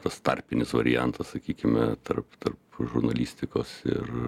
tas tarpinis variantas sakykime tarp tarp žurnalistikos ir